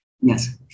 Yes